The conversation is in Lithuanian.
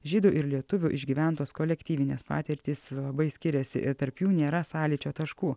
žydų ir lietuvių išgyventos kolektyvinės patirtys labai skiriasi ir tarp jų nėra sąlyčio taškų